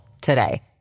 today